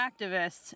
activists